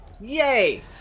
Yay